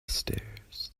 stairs